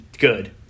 good